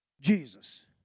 Jesus